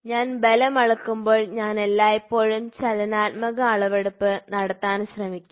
ഞാൻ ബലം അളക്കുമ്പോൾ ഞാൻ എല്ലായ്പ്പോഴും ചലനാത്മക അളവെടുപ്പ് നടത്താൻ ശ്രമിക്കും